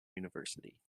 university